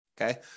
Okay